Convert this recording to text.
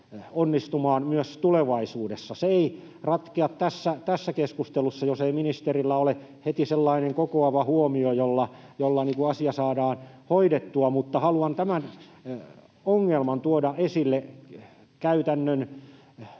onnistumaan myös tulevaisuudessa. Se ei ratkea tässä keskustelussa, jos ei ministerillä ole heti sellainen kokoava huomio, jolla asia saadaan hoidettua. Mutta haluan tämän ongelman tuoda esille käytännön